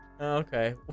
okay